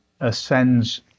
ascends